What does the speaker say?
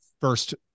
first